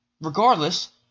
regardless